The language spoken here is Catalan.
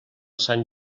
sant